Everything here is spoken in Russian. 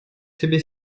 себе